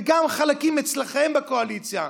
וגם חלקים אצלכם בקואליציה,